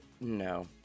No